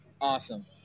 Awesome